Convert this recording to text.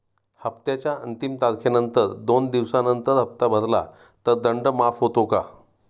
हप्त्याच्या अंतिम तारखेनंतर दोन दिवसानंतर हप्ता भरला तर दंड माफ होतो का?